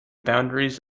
boundaries